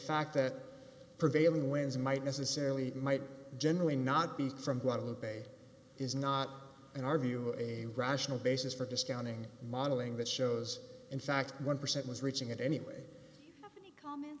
fact that prevailing winds might necessarily might generally not be from guadalupe is not in our view a rational basis for discounting modeling that shows in fact one percent was reaching it anyway